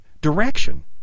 direction